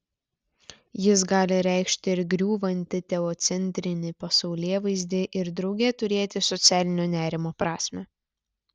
jis gali reikšti ir griūvantį teocentrinį pasaulėvaizdį ir drauge turėti socialinio nerimo prasmę